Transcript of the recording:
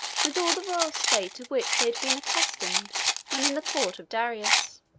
with all the royal state to which they had been accustomed when in the court of darius.